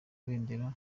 kabendera